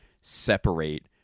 separate